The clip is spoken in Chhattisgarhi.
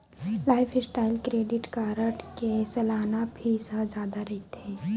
लाईफस्टाइल क्रेडिट कारड के सलाना फीस ह जादा रहिथे